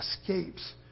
escapes